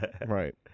right